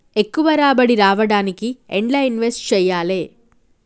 ఎక్కువ రాబడి రావడానికి ఎండ్ల ఇన్వెస్ట్ చేయాలే?